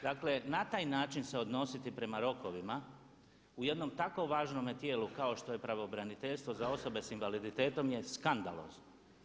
Dakle na taj način se odnositi prema rokovima u jednom tako važnome tijelu kao što je pravobraniteljstvo za osobe sa invaliditetom je skandalozno.